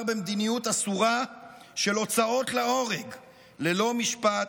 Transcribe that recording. במדיניות אסורה של הוצאות להורג ללא משפט,